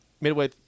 midway